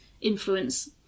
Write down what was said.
influence